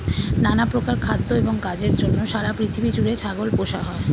নানা প্রকার খাদ্য এবং কাজের জন্য সারা পৃথিবী জুড়ে ছাগল পোষা হয়